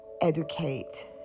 educate